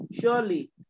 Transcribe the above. surely